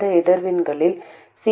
மற்றும் நாம் என்ன செய்வது